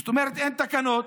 זאת אומרת, אין תקנות,